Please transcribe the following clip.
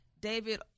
David